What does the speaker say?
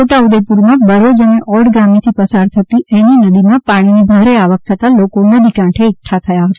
છોટા ઉદેપુરમાં બરોજ અને ઓડ ગામે થી પસાર થતી એની નદીમાં પાણીની ભારે આવક થતાં લોકો નદી કાંઠે એકઠા થયા હતા